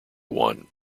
one